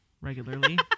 regularly